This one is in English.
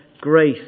grace